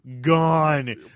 gone